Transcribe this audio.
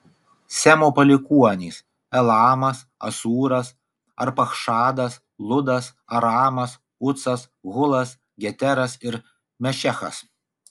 semo palikuonys elamas asūras arpachšadas ludas aramas ucas hulas geteras ir mešechas